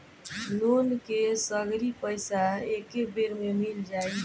Loan के सगरी पइसा एके बेर में मिल जाई?